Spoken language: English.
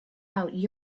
out